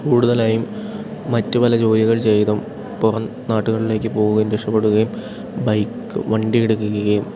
കൂടുതലായും മറ്റു പല ജോലികൾ ചെയ്തും പുറം നാട്ടുകളിലേക്കു പോകുകയും രക്ഷപ്പെടുകയും ബൈക്ക് വണ്ടി എടുക്കുകയും